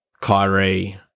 Kyrie